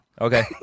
Okay